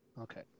Okay